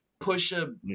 pusha